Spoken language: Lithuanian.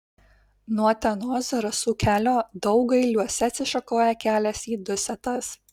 nuo utenos zarasų kelio daugailiuose atsišakoja kelias į dusetas